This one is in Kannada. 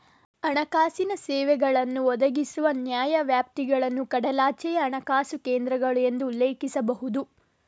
ಹಣಕಾಸಿನ ಸೇವೆಗಳನ್ನು ಒದಗಿಸುವ ನ್ಯಾಯವ್ಯಾಪ್ತಿಗಳನ್ನು ಕಡಲಾಚೆಯ ಹಣಕಾಸು ಕೇಂದ್ರಗಳು ಎಂದು ಉಲ್ಲೇಖಿಸಬಹುದು